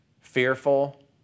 fearful